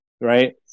right